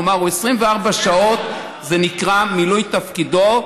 כלומר 24 שעות זה נקרא מילוי תפקידו.